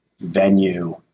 venue